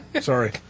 Sorry